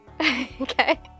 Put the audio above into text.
Okay